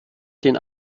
den